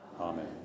Amen